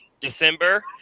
December